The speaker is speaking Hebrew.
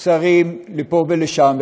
שרים לפה ולשם,